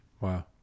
wow